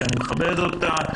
שאני מכבד אותה,